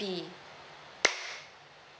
B